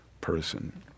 person